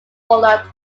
bolland